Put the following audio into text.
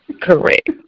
Correct